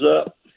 up